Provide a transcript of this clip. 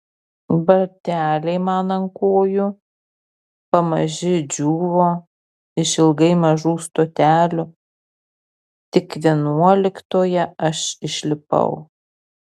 bateliai man ant kojų pamaži džiūvo išilgai mažų stotelių tik vienuoliktoje aš išlipau